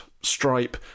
stripe